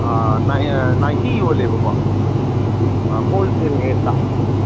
ninety ꯌꯣꯜꯂꯦꯕꯀꯣ wholesale ꯔꯦꯠꯇ